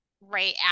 right